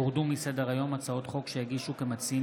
הורדו מסדר-היום הצעות חוק שהגישו כמציעים